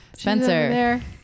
Spencer